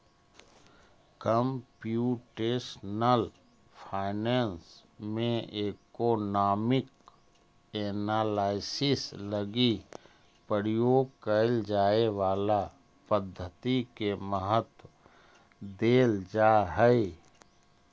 computational finance में economic analysis लगी प्रयोग कैल जाए वाला पद्धति के महत्व देल जा हई